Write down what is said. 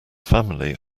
family